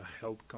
health